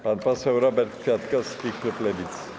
Pan poseł Robert Kwiatkowski, klub Lewicy.